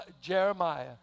Jeremiah